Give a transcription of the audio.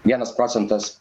vienas procentas